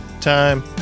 time